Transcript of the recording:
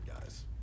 guys